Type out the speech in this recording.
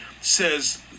says